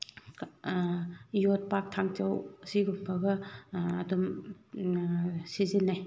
ꯌꯣꯠꯄꯥꯛ ꯊꯥꯡꯖꯧ ꯁꯤꯒꯨꯝꯕꯒ ꯑꯗꯨꯝ ꯁꯤꯖꯤꯟꯅꯩ